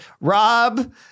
Rob